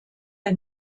der